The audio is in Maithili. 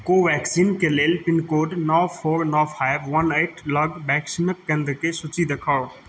कोवैक्सिनके लेल पिनकोड नओ फोर नओ फाइव वन एट लग वैक्सीनक केन्द्रके सूची देखाउ